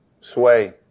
sway